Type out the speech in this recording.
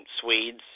Swedes